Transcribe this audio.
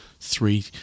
three